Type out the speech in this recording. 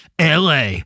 LA